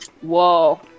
Whoa